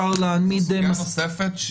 יש סוגיה נוספת,